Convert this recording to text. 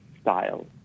style